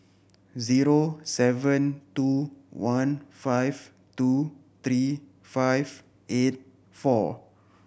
zero seven two one five two three five eight four